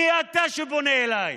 מי אתה שפונה אליי?